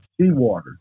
seawater